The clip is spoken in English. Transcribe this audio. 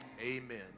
Amen